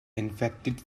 infected